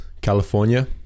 California